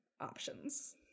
options